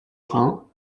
rhin